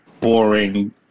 boring